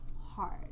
hard